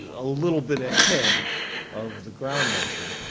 a little bit ahead of the ground motion.